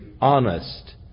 honest